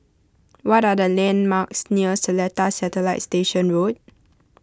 what are the landmarks near Seletar Satellite Station Road